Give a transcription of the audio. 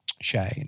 Shane